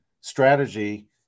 strategy